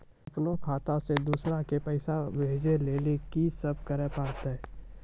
अपनो खाता से दूसरा के पैसा भेजै लेली की सब करे परतै?